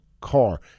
car